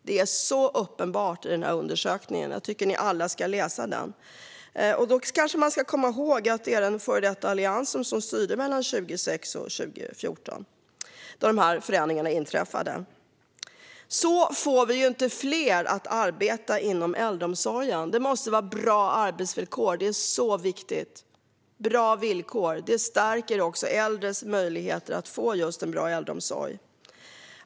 Detta är uppenbart i undersökningen, och jag tycker att ni alla ska läsa den. Man ska komma ihåg att det var den före detta Alliansen som styrde mellan 2006 och 2014, då förändringarna inträffade. Så får vi inte fler att arbeta inom äldreomsorgen. Det måste vara bra arbetsvillkor - detta är viktigt och stärker också de äldres möjligheter att få en bra äldreomsorg.